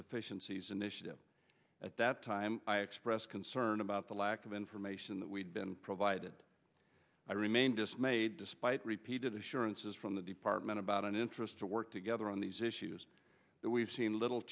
efficiencies initiative at that time i expressed concern about the lack of information that we've been provided i remain dismayed despite repeated assurances from the department about an interest to work together on these issues that we've seen little